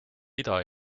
ida